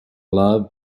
love